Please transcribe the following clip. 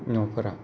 न'फोरा